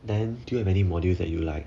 then do you have any modules that you like